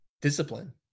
discipline